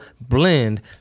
blend